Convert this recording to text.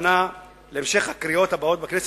להכנה לקריאות הבאות בכנסת,